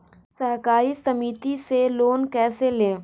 सहकारी समिति से लोन कैसे लें?